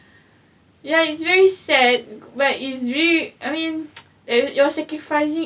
ya it's very sad but it's really I mean you you're sacrificing